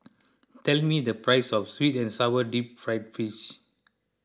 tell me the price of Sweet and Sour Deep Fried Fish